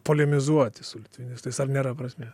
polemizuoti su litvinistais ar nėra prasmės